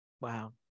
Wow